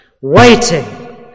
Waiting